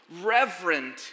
reverent